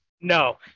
No